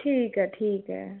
ठीक ऐ ठीक ऐ